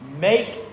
make